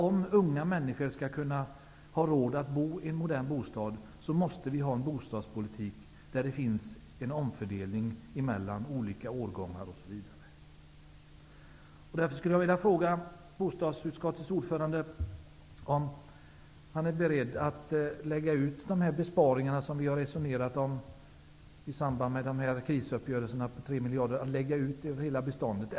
Om unga människor skall ha råd att bo i en modern bostad, måste bostadspolitiken vara sådan att det sker en omfördelning mellan olika årgångar, osv. miljarderna i besparingar, som vi har resonerat om i samband med krisuppgörelserna, över hela beståndet.